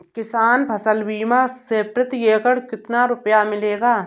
किसान फसल बीमा से प्रति एकड़ कितना रुपया मिलेगा?